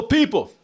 people